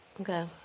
Okay